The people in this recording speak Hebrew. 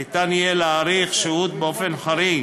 ניתן יהיה להאריך שהות באופן חריג